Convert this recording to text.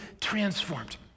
transformed